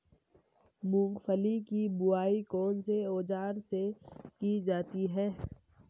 मूंगफली की बुआई कौनसे औज़ार से की जाती है?